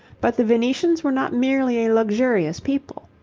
but the venetians were not merely a luxurious people.